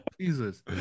jesus